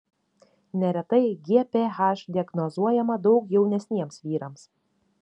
neretai gph diagnozuojama daug jaunesniems vyrams